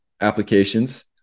applications